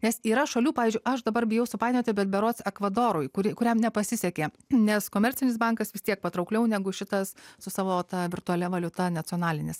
nes yra šalių pavyzdžiui aš dabar bijau supainioti bet berods ekvadorui kuri kuriam nepasisekė nes komercinis bankas vis tiek patraukliau negu šitas su savo virtualia valiuta necionalinis